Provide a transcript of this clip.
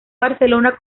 barcelona